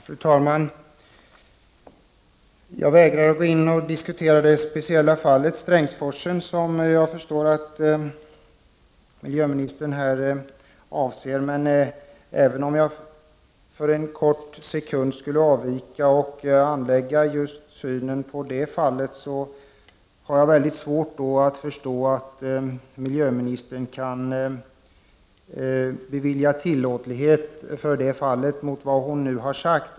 Fru talman! Jag vägrar gå in och diskutera det speciella fallet, Strängsforsen, som jag förstår att miljöministern här avser. Men även om jag för en kort sekund skulle avvika och anlägga synen på just det fallet, har jag ändå svårt att förstå att miljöministern kan bevilja tillåtlighet för det fallet, mot bakgrund av det hon nu har sagt.